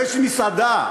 באיזו מסעדה